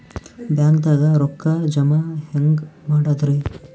ಬ್ಯಾಂಕ್ದಾಗ ರೊಕ್ಕ ಜಮ ಹೆಂಗ್ ಮಾಡದ್ರಿ?